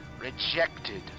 rejected